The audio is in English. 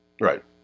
Right